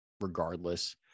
regardless